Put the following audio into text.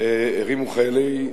הרימו חיילי,